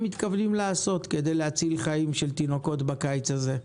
מתכוונים לעשות כדי להציל חיים של תינוקות בקיץ הזה?